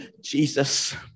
Jesus